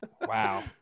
Wow